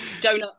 donut